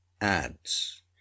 adds